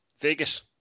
Vegas